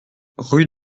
rue